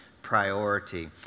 priority